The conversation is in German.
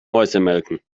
mäusemelken